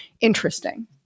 Interesting